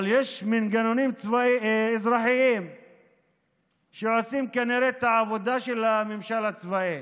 אבל יש מנגנונים אזרחיים שעושים כנראה את העבודה של הממשל הצבאי: